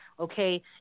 okay